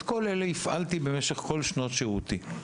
את כל אלה הפעלתי במשך כל שנות שירותי.